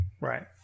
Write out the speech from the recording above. Right